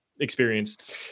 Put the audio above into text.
experience